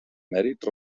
mèrits